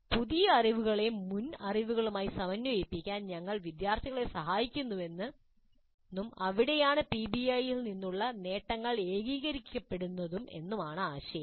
പുതിയ അറിവുകളെ മുൻ അറിവുകളുമായി സമന്വയിപ്പിക്കാൻ ഞങ്ങൾ വിദ്യാർത്ഥികളെ സഹായിക്കുന്നുവെന്നും അവിടെയാണ് പിബിഐ ൽ നിന്നുള്ള നേട്ടങ്ങൾ ഏകീകരിക്കപ്പെടുന്നതെന്നും ആശയം